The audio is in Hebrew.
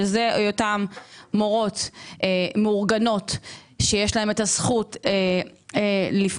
שאלה אותן מורות מאורגנות שיש להן את הזכות לפעול